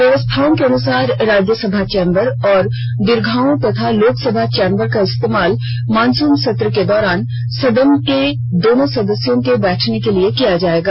व्यवस्थाओं के अनुसार राज्यसभा चेम्बर और दीर्घाओं तथा लोकसभा चेम्बर का इस्तेमाल मॉनसून सत्र के दौरान सदन के दोनों सदस्यों के बैठने के लिए किया जाएगा